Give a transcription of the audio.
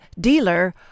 dealer